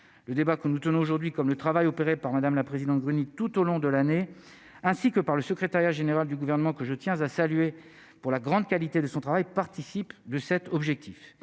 le débat que nous tenons aujourd'hui comme le travail opéré par madame la présidente, tout au long de l'année, ainsi que par le secrétariat général du gouvernement, que je tiens à saluer pour la grande qualité de son travail, participe de cet objectif,